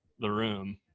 the room.